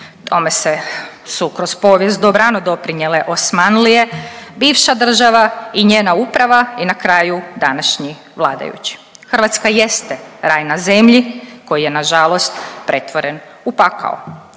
Tome se su kroz povijest dobrano doprinijele Osmanlije, bivša država i njena uprava i na kraju današnji vladajući. Hrvatska jeste raj na zemlji koji je nažalost pretvoren u pakao.